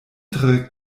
tre